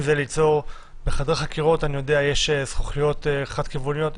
בחדרי חקירות אני יודע שיש זכוכיות חד כיווניות,